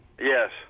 yes